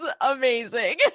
amazing